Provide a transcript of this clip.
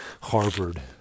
Harvard